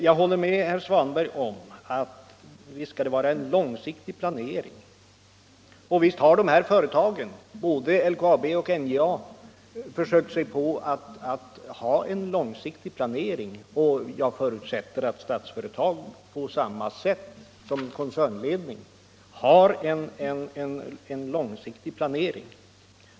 Jag håller med herr Svanberg om att det skall vara en långsiktig planering. Visst har dessa företag —- både LKAB och NJA -— försökt sig på en långsiktig planering. Jag förutsätter att Statsföretag på samma sätt som koncernledning har en långsiktig planering.